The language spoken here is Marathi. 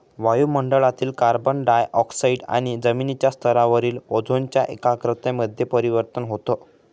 वायु मंडळातील कार्बन डाय ऑक्साईड आणि जमिनीच्या स्तरावरील ओझोनच्या एकाग्रता मध्ये परिवर्तन होतं